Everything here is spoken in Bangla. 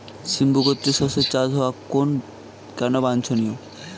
সিম্বু গোত্রীয় শস্যের চাষ হওয়া কেন বাঞ্ছনীয়?